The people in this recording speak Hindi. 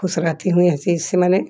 ख़ुश रहते हुए हँसी से मैंने